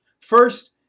First